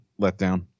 letdown